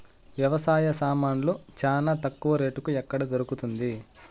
వ్యవసాయ సామాన్లు చానా తక్కువ రేటుకి ఎక్కడ దొరుకుతుంది?